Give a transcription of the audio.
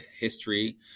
history